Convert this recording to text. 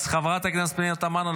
אז חברת הכנסת פנינה תמנו,